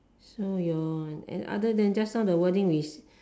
so your and other than just now the wording is